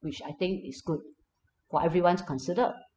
which I think is good for everyones considered